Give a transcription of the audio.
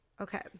okay